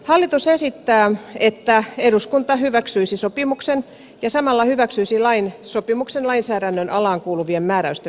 hallitus esittää että eduskunta hyväksyisi sopimuksen ja samalla hyväksyisi lain sopimuksen lainsäädännön alaan kuuluvien määräysten voimaansaattamisesta